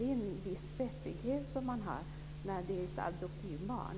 Det vore en viss rättighet som man kunde ha när det gäller adoptivbarn.